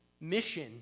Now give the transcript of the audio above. mission